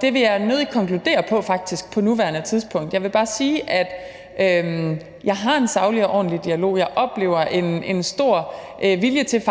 Det vil jeg faktisk nødig konkludere på på nuværende tidspunkt, jeg vil bare sige, at jeg har en saglig og ordentlig dialog. Jeg oplever en stor vilje til